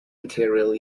material